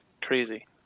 crazy